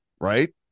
right